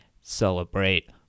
Celebrate